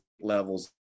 levels